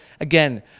again